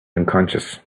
unconscious